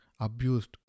abused